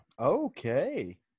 Okay